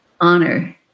honor